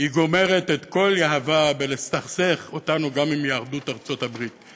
גומרת את כל יהבה בלסכסך אותנו גם עם יהדות ארצות הברית.